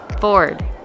Ford